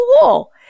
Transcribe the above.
cool